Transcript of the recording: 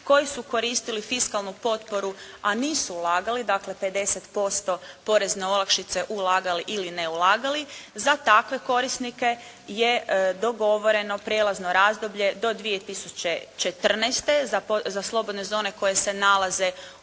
koji su koristili fiskalnu potporu a nisu ulagali dakle 50% porezne olakšice ulagali ili ne ulagali, za takve korisnike je dogovoreno prijelazno razdoblje do 2014. za slobodne zone koje se nalaze u